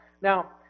Now